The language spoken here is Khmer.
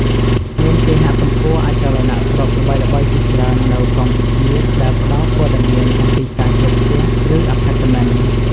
មានគេហទំព័រអចលនទ្រព្យល្បីៗជាច្រើននៅកម្ពុជាដែលផ្ដល់ព័ត៌មានអំពីការជួលផ្ទះ ឬអាផាតមិន។